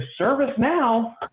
ServiceNow